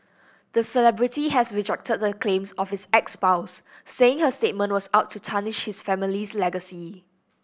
the celebrity has rejected the claims of his ex spouse saying her statement was out to tarnish his family's legacy